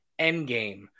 Endgame